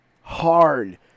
Hard